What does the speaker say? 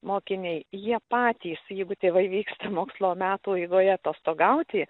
mokiniai jie patys jeigu tėvai vyksta mokslo metų eigoje atostogauti